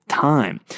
time